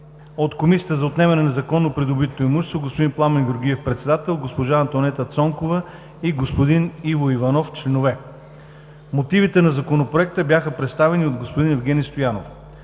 от Комисията за отнемане на незаконно придобитото имущество: господин Пламен Георгиев – председател, госпожа Антоанета Цонкова и господин Иво Иванов – членове. Мотивите на Законопроекта бяха представени от господин Евгени Стоянов.